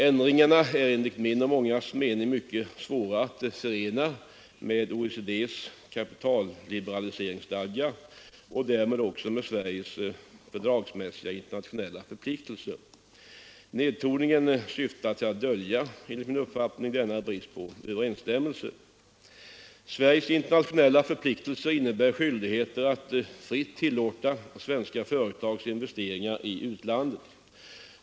Ändringarna är enligt min och mångas mening mycket svåra att förena med OECD:s kapitalliberaliseringsstadga och därmed också med Sveriges fördragsmässiga internationella förpliktelser. Nedtoningen syftar enligt min uppfattning till att dölja denna brist på överensstämmelse. Sveriges internationella förpliktelser innebär skyldighet att fritt tillåta svenska företagsinvesteringar i utlandet.